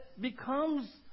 becomes